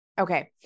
Okay